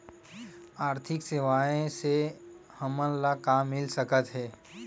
आर्थिक सेवाएं से हमन ला का मिल सकत हे?